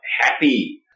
happy